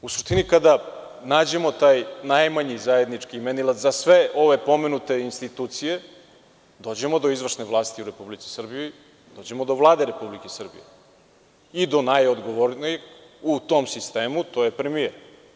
U suštini kada nađemo taj najmanji zajednički imenilac za sve ove pomenute institucije, dođemo do izvršne vlasti u Republici Srbiji, dođemo do Vlade Republike Srbije i do najodgovornijeg u tom sistemu, a to je premijer.